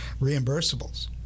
reimbursables